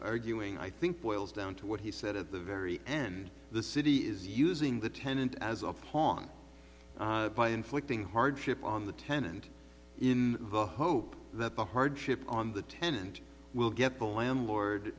arguing i think boils down to what he said at the very end the city is using the tenant as a pawn by inflicting hardship on the tenant in the hope that the hardship on the tenant will get the landlord